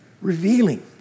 revealing